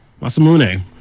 Masamune